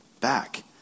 back